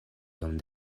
iom